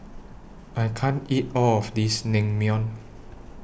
I can't eat All of This Naengmyeon